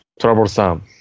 troublesome